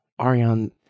Ariane